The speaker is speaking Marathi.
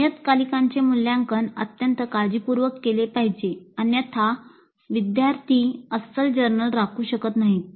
नियतकालिकांचे मूल्यांकन अत्यंत काळजीपूर्वक केले पाहिजे अन्यथा विद्यार्थी अस्सल जर्नल राखू शकत नाहीत